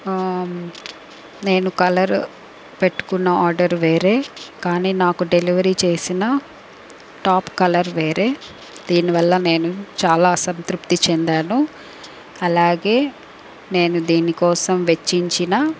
నేను కలర్ పెట్టుకున్న ఆర్డర్ వేరే కానీ నాకు డెలివరీ చేసిన టాప్ కలర్ వేరే దీనివల్ల నేను చాలా అసంతృప్తి చెందాను అలాగే నేను దీని కోసం వెచ్చించిన